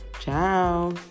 Ciao